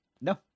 No